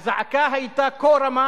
הזעקה היתה כה רמה,